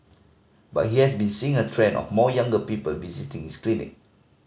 but he has been seeing a trend of more younger people visiting his clinic